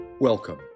Welcome